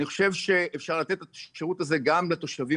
אני חושב שאפשר לתת את השירות הזה גם לתושבים